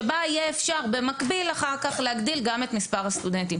שבה אפשר יהיה במקביל אחר כך להגדיל גם את מספר הסטודנטים.